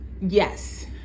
yes